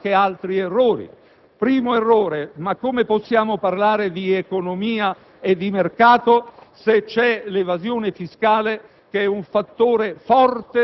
significa commettere anche altri errori. Primo errore: come possiamo parlare di economia e di mercato in presenza di evasione fiscale,